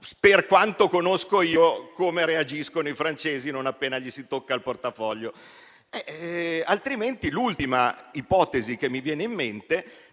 per quanto conosco come reagiscono i francesi non appena si tocca il loro portafoglio. L'ultima ipotesi che mi viene in mente